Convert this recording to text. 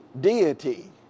deity